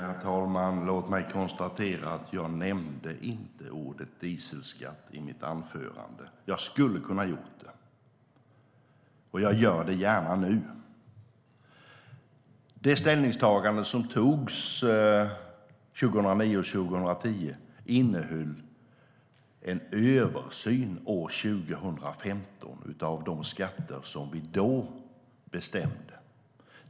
Herr talman! Låt mig konstatera att jag inte nämnde ordet dieselskatt i mitt anförande. Jag skulle ha kunnat göra det, och jag gör det gärna nu. Det ställningstagande som gjordes 2009 och 2010 innehöll en översyn år 2015 av de skatter som vi då bestämde.